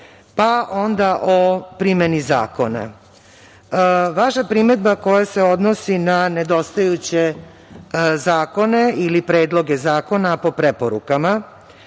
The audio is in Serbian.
Srbije. Onda o primeni zakona. Vaša primedba koja se odnosi na nedostajuće zakone ili predloge zakona po preporukama